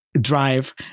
drive